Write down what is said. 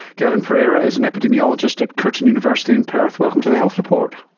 gavin pereira is an epidemiologist at curtin university in perth. welcome to the health report.